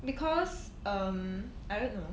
because um I don't know